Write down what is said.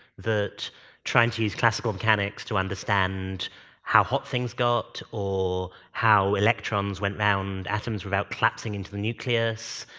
that trying to use classical mechanics to understand how hot things got or how electrons went around atoms without collapsing into the nucleus.